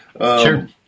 Sure